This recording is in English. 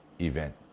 event